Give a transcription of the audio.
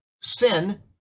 Sin